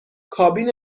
کابین